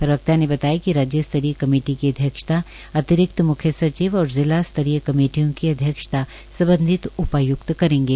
प्रवक्ता ने बताया कि राज्य स्तरीय कमेटी की अध्यक्षता अतिरिक्त म्ख्य सचिव और जिला स्तरीय कमेटियों की अध्यक्षता उपाय्क्त करेंगे